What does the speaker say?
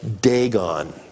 Dagon